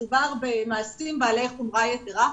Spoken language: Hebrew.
מדובר במעשים בעלי חומרה יתרה.